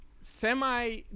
semi